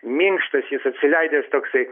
minkštas jis atsileidęs toksai